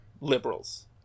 liberals